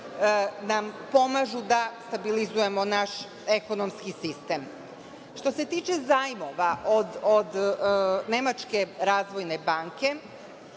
nam pomažu da stabilizujemo naš ekonomski sistem. Što se tiče zajmova od Nemačke razvojne banke